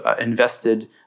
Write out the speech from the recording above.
invested